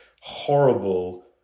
horrible